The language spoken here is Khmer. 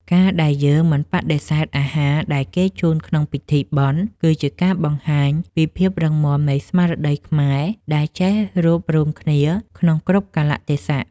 ការដែលយើងមិនបដិសេធអាហារដែលគេជូនក្នុងពិធីបុណ្យ គឺជាការបង្ហាញពីភាពរឹងមាំនៃស្មារតីខ្មែរដែលចេះរួបរួមគ្នាក្នុងគ្រប់កាលៈទេសៈ។